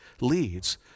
leads